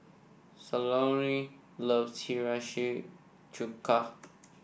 Salome loves Hiyashi Chuka